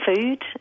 Food